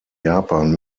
japan